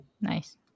Nice